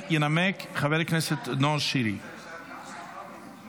התקנת עמדת טעינה לרכב חשמלי בבית משותף ודייני מקרקעין),